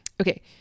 Okay